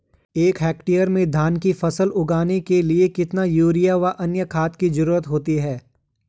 एक हेक्टेयर में धान की फसल उगाने के लिए कितना यूरिया व अन्य खाद की जरूरत होती है?